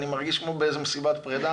אני מרגיש כמו במסיבת פרידה.